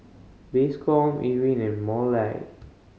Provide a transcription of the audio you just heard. Bascom Irene and Mollie